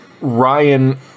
Ryan